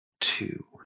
Two